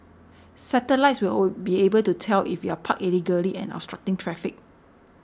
satellites will be able to tell if you're parked illegally and obstructing traffic